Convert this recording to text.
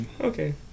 Okay